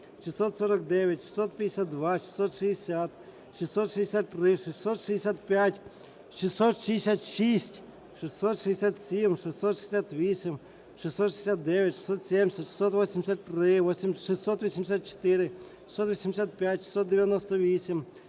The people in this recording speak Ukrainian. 649, 652, 660, 663, 665, 666, 667, 668, 669, 670, 683, 684, 685, 698,